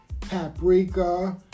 paprika